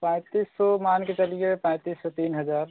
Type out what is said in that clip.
पैंतीस सौ मान कर चलिए पैंतीस से तीन हज़ार